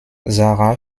sara